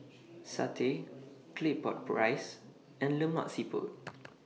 Satay Claypot Rice and Lemak Siput